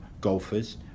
golfers